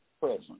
present